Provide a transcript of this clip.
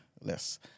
less